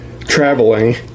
traveling